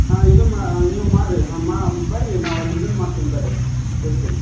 ಹಾಂ ಇದು ಮಾ ನೀವು ಮಾಡಿರಿ ಮಾ ಬನ್ರಿ ನಾವಲ್ಲಿ ಇದನ್ನು ಮಾಡ್ತೀನಿ ಬನ್ರಿ ಇರ್ತೀನಿ